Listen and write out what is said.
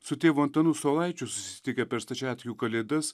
su tėvu antanu saulaičiu susitikę per stačiatikių kalėdas